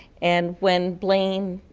and when blaine,